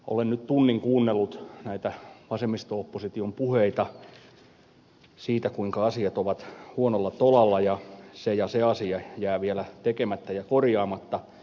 olen nyt tunnin kuunnellut näitä vasemmisto opposition puheita siitä kuinka asiat ovat huonolla tolalla ja se ja se asia jää vielä tekemättä ja korjaamatta